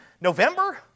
November